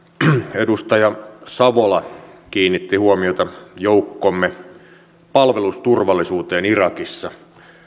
edustaja savola kiinnitti huomiota joukkojemme palvelusturvallisuuteen irakissa